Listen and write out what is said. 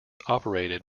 operated